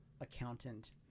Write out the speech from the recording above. accountant